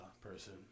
person